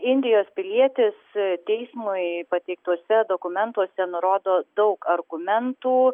indijos pilietis teismui pateiktuose dokumentuose nurodo daug argumentų